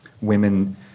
women